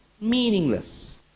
Meaningless